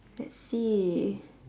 let's see